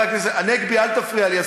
השר הנגבי, אל תפריע לי.